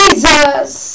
Jesus